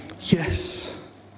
yes